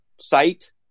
site